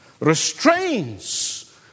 Restraints